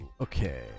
okay